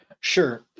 Sure